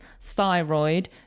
thyroid